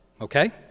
okay